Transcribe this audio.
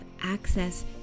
access